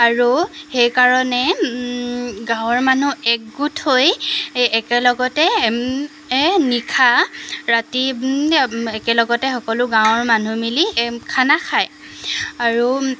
আৰু সেইকাৰণে গাঁৱৰ মানুহ একগোট হৈ একেলগতে নিশা ৰাতি একেলগতে সকলো গাঁৱৰ মানুহ মিলি খানা খায় আৰু